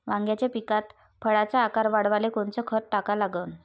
वांग्याच्या पिकात फळाचा आकार वाढवाले कोनचं खत टाका लागन?